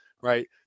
right